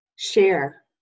share